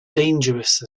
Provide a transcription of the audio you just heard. dangerous